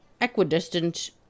equidistant